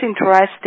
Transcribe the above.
interesting